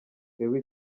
twebwe